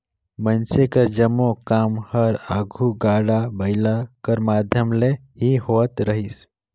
मइनसे कर जम्मो काम हर आघु गाड़ा बइला कर माध्यम ले ही होवत रहिस